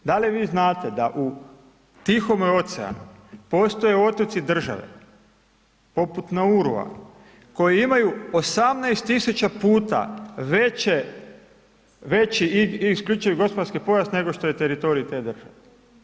Da li vi znate da u Tihom oceanu postoje otoci države poput Naurua koji imaju 18.000 puta veće, veći isključivi gospodarski pojas nego što je teritorij te države.